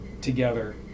together